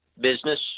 business